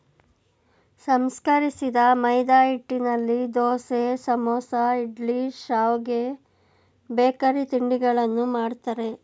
ಸಂಸ್ಕರಿಸಿದ ಮೈದಾಹಿಟ್ಟಿನಲ್ಲಿ ದೋಸೆ, ಸಮೋಸ, ಇಡ್ಲಿ, ಶಾವ್ಗೆ, ಬೇಕರಿ ತಿಂಡಿಗಳನ್ನು ಮಾಡ್ತರೆ